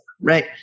Right